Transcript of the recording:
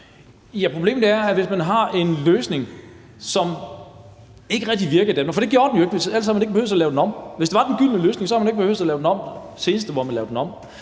Problemet er, hvis man har en løsning, som ikke rigtig virker i Danmark, for det gjorde den jo ikke; ellers havde man ikke behøvet at lave den om. Hvis det var den gyldne løsning, havde man ikke behøvet at lave den om, da man lavede den om